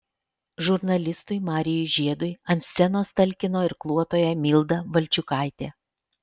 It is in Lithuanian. žurnalistui marijui žiedui ant scenos talkino irkluotoja milda valčiukaitė